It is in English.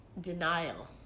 denial